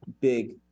big